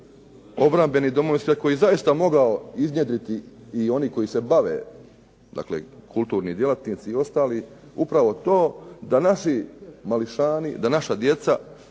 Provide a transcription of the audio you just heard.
obrambeni Domovinski rat koji je zaista mogao iznjedriti i oni koji se bave, dakle kulturni djelatnici i ostali upravo to da naši mališani, da naša djeca